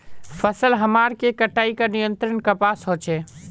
फसल हमार के कटाई का नियंत्रण कपास होचे?